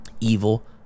evil